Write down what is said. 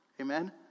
Amen